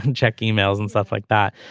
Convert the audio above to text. and check emails and stuff like that.